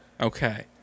Okay